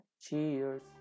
Cheers